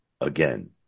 again